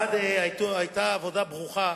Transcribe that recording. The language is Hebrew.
1. היתה עבודה ברוכה,